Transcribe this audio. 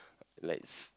let's